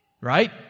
right